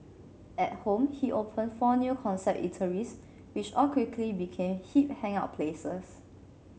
at home he opened four new concept eateries which all quickly became hip hangout places